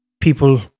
people